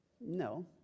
No